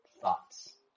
thoughts